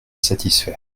satisfait